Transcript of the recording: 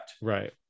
Right